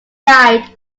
died